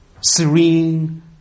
serene